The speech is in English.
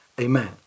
Amen